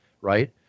right